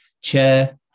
Chair